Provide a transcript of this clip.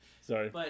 Sorry